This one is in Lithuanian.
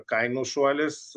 kainų šuolis